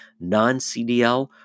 non-CDL